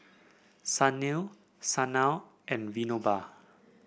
Sunil Sanal and Vinoba